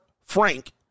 Frank